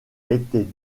été